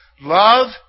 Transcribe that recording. Love